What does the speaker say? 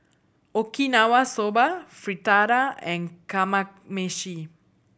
Okinawa Soba Fritada and Kamameshi